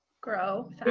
grow